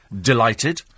Delighted